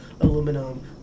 aluminum